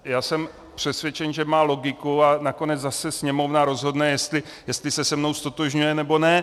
Já jsem přesvědčen, že má logiku, a nakonec zase Sněmovna rozhodne, jestli se se mnou ztotožňuje, nebo ne.